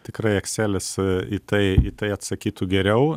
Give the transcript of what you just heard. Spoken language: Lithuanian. tikrai ekselis į tai į tai atsakytų geriau